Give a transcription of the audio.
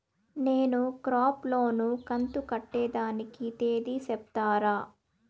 నేను crop loan కంతు కట్టేదానికి తేది సెప్తారా?